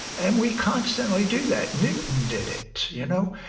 and we constantly do that. newton did it, you know?